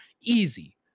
Easy